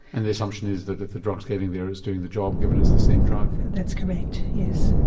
and the assumption is that if the drug is getting there it's doing the job given it's the same drug? that's correct, yes.